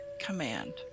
command